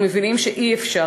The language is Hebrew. ומבינים שאי-אפשר,